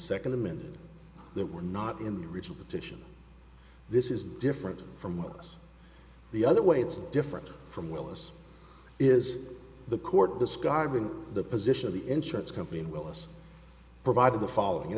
second amendment that were not in the original petition this is different from us the other way it's different from well this is the court discarding the position of the insurance company will this provide the following